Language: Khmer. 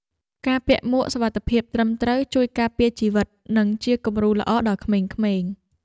ការពាក់មួកសុវត្ថិភាពត្រឹមត្រូវជួយការពារជីវិត និងជាគំរូល្អដល់ក្មេងៗ។